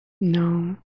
No